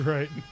Right